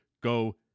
go